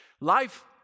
Life